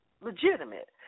legitimate